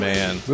Man